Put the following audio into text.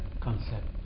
concept